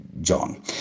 John